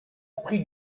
prit